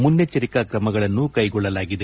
ಮುನ್ನೆಚ್ವರಿಕಾ ಕ್ರಮಗಳನ್ನು ಕೈಗೊಳ್ಳಲಾಗಿದೆ